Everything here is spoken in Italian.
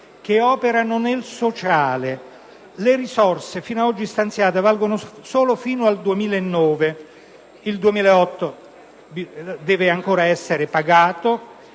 che operano nel sociale. Le risorse fino ad oggi stanziate valgono solo fino al 2009; il 2008 deve ancora essere pagato,